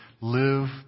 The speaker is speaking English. live